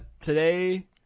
Today